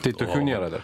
tai tokių nėra dar